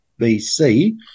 BC